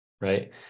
right